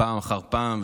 פעם אחר פעם,